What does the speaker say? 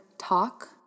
talk